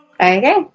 Okay